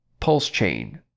Pulsechain